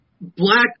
black